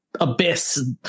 abyss